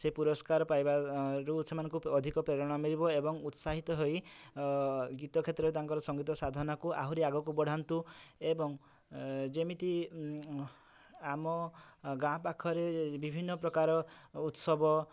ସେ ପୁରସ୍କାର ପାଇବା ରୁ ସେମାନଙ୍କୁ ଅଧିକ ପ୍ରେରଣା ମିଳିବ ଏବଂ ଉତ୍ସାହିତ ହୋଇ ଗୀତ କ୍ଷେତ୍ରରେ ତାଙ୍କର ସଂଗୀତ ସାଧନ କୁ ଆହୁରି ଆଗକୁ ବଢ଼ାନ୍ତୁ ଏବଂ ଯେମିତି ଆମ ଗାଁ ପାଖରେ ବିଭିନ୍ନ ପ୍ରକାର ଉତ୍ସବ